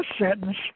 sentence